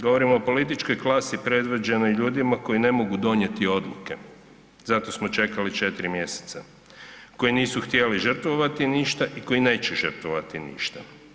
Govorimo o političkoj klasi predvođenoj ljudima koji ne mogu donijeti odluke, zato smo čekati 4 mjeseca koji nisu htjeli žrtvovati ništa i koji neće žrtvovati ništa.